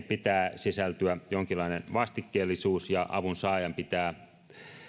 pitää sisältyä jonkinlainen vastikkeellisuus avun saajan pitää